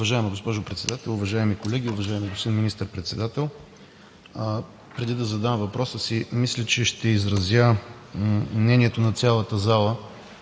Уважаеми госпожо Председател, уважаеми колеги, уважаеми господин Министър-председател! Преди да задам въпроса си, мисля, че ще изразя мнението на цялата зала,